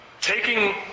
taking